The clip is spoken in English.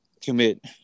commit